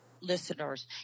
Listeners